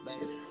Baby